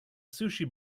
sushi